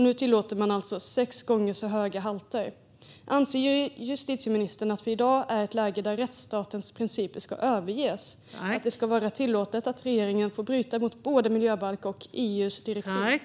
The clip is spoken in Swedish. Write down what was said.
Nu tillåter man alltså sex gånger så höga halter. Anser justitieministern att vi i dag är i ett läge där rättsstatens principer ska överges och att det ska vara tillåtet för regeringen att bryta mot både miljöbalken och EU:s direktiv?